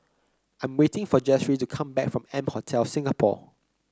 I'm waiting for Jessye to come back from M Hotel Singapore